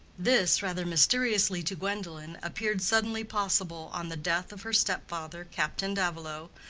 this, rather mysteriously to gwendolen, appeared suddenly possible on the death of her step-father, captain davilow,